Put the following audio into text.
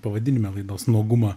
pavadinime laidos nuogumą